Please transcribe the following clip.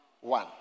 one